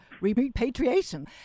repatriation